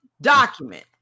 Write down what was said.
document